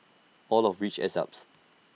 all of which adds up